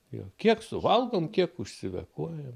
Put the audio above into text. jo kiek suvalgom kiek užsivekuojam